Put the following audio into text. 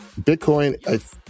Bitcoin